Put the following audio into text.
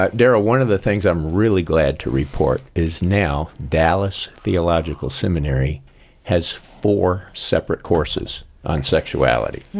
ah darrell, one of the things i'm really glad to report is now dallas theological seminary has four separate courses on sexuality,